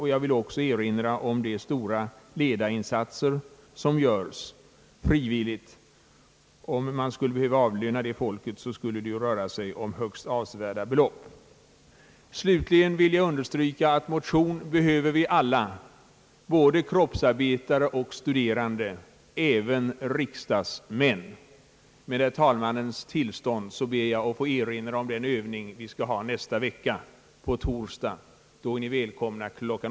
Jag vill också erinra om de stora ledarinsatser som görs frivilligt — behövde man avlöna dessa frivilliga krafter skulle det röra sig om högst avsevärda belopp. Slutligen vill jag understryka att vi alla behöver motion, både kroppsarbetare och studerande, ja, även riksdags män. Med herr talmannens tillstånd ber jag att få erinra om den övning vi skall ha på torsdag i nästa vecka. Då är alla välkomna kl.